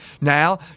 now